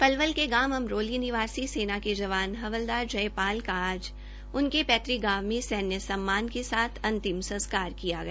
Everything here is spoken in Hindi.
पलवल के गांव अमरोली निवासी सेना के जवान हवलदार जयपाल का आज उनके पैतृक गांव में सैन्य सनमान के साथ अंतिम संस्कार किया गया